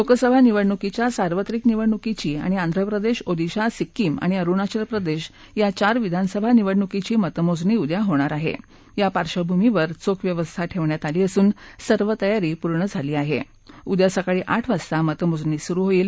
लोकसभा निवडणुकीच्या सार्वत्रिक निवडणुकीची आणि आंध्र प्रदक्ष ओदिशा सिक्कीम आणि अरुणाचल प्रदक्षया चार विधानसभा निवडणुकीची मतमोजणी उद्या आहा ग्रा पार्श्वभूमीवर चोख व्यवस्था क्वी असून सर्व तयारी पूर्ण झाली आहा उद्या सकाळी आठ वाजता मतमोजणी सुरु होईल